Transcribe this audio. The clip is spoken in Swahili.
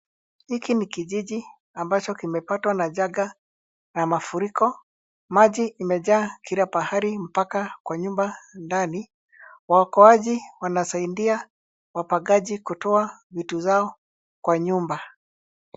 Hiki ni kijiji ambacho kimepatwa na janga ya mafuriko. Maji imejaa kila pahali mpaka kwa nyumba ndani. Waokoaji wanasaidia wapangaji kutoa vitu zao kwa nyumba.